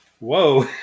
Whoa